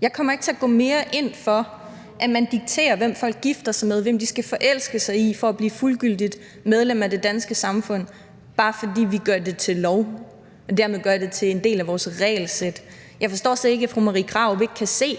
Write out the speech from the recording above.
Jeg kommer ikke til at gå mere ind for, at man dikterer, hvem folk gifter sig med eller skal forelske sig i for at blive fuldgyldige medlemmer af det danske samfund, bare fordi vi gør det til lov og dermed gør det til en del af vores regelsæt. Jeg forstår slet ikke, at fru Marie Krarup ikke kan se